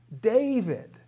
David